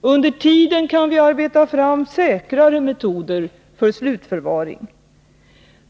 Under tiden kan vi arbeta fram säkrare metoder för slutförvaring.